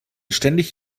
ständig